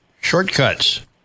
Shortcuts